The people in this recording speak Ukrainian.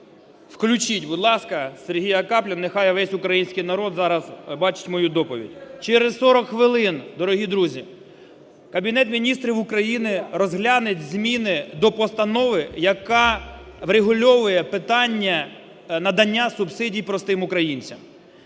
Включіть, будь ласка, СергіяКапліна, нехай весь український народ зараз бачить мою доповідь. Через 40 хвилин, дорогі друзі, Кабінет Міністрів України розгляне зміни до постанови, яка врегульовує питання надання субсидій простим українцям.